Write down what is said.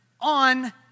on